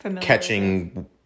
catching